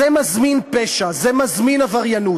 זה מזמין פשע, זה מזמין עבריינות.